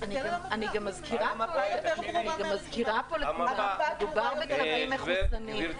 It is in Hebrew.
אני מזכירה לכולם שמדובר בכלבים מחוסנים.